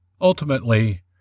Ultimately